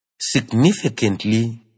Significantly